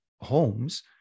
homes